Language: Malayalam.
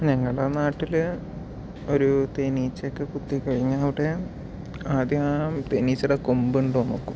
ഞങ്ങളുടെ നാട്ടില് ഒരു തേനിച്ചയൊക്കെ കുത്തിക്കഴിഞ്ഞാൽ അവിടെ ആദ്യം ആ തേനിച്ചേടെ കൊമ്പുണ്ടൊന്നു നോക്കും